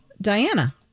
Diana